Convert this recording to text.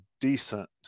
decent